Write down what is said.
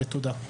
תודה.